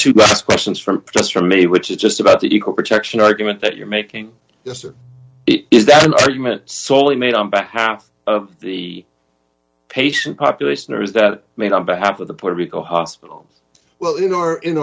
ok questions from just from me which is just about the equal protection argument that you're making yes or is that an argument soley made on behalf of the patient population or is that made on behalf of the puerto rico hospital well in our in